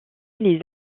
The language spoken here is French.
les